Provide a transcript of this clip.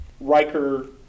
Riker